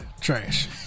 Trash